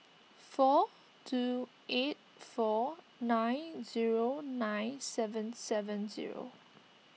four two eight four nine zero nine seven seven zero